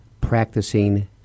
practicing